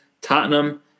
Tottenham